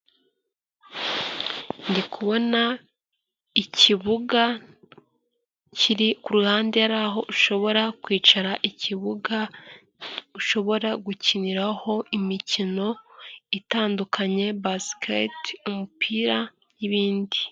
Ndikubona ikibuga kiri ku ruhande hari aho ushobora kwicara, ikibuga ushobora gukiniraho imikino itandukanye basikete, umupira n'ibindi.